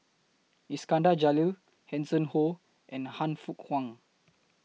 Iskandar Jalil Hanson Ho and Han Fook Kwang